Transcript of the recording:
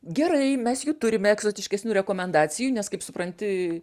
gerai mes jų turime egzotiškesnių rekomendacijų nes kaip supranti